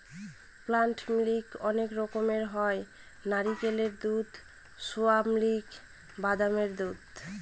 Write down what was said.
plant milk অনেক রকমের হয় নারকেলের দুধ, সোয়া মিল্ক, বাদামের দুধ